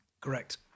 Correct